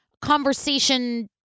conversation